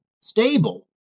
stable